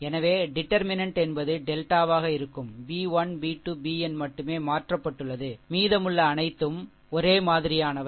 எனவே டிடர்மினென்ட் என்பது டெல்டாவாக இருக்கும் b 1 b 2 bn மட்டுமே மாற்றப்பட்டுள்ளது மீதமுள்ள அனைத்து பதம்களும் ஒரே மாதிரியானவை